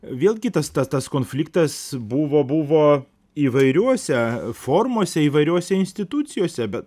vėlgi tas tas tas konfliktas buvo buvo įvairiose formose įvairiose institucijose bet